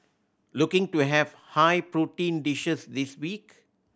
looking to have high protein dishes this week